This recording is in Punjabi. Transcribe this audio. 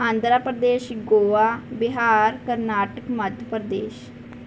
ਆਂਧਰਾ ਪ੍ਰਦੇਸ਼ ਗੋਆ ਬਿਹਾਰ ਕਰਨਾਟਕ ਮੱਧ ਪ੍ਰਦੇਸ਼